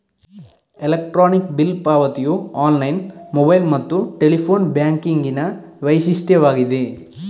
electronic bill ಪಾವತಿಯು online, mobile ಮತ್ತು telephone ಬ್ಯಾಂಕಿಂಗಿನ ವೈಶಿಷ್ಟ್ಯವಾಗಿದೆ